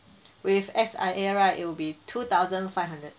with S_I_A right it will be two thousand five hundred